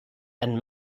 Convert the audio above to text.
and